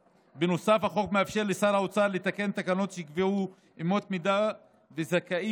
החוק מאפשר לשר האוצר לתקן תקנות שיקבעו אמות מידה וזכאים